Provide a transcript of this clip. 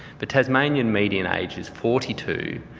the tasmanian median age is forty two,